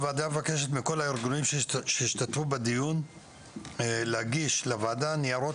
הוועדה מבקשת מכל הארגונים שהשתתפו בדיון להגיש לוועדה ניירות